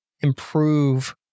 improve